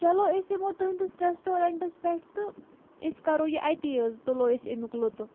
چلو أسۍ یِمو تُہُنٛدِس ریسٹورینٛٹَس پٮ۪ٹھ تہٕ أسۍ کَرو یہِ اَتے حظ تُلو أسۍ اَمیُک لُطُف